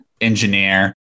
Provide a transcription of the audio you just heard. engineer